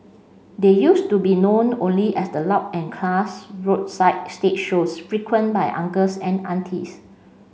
they used to be known only as the loud and class roadside stage shows frequent by uncles and aunties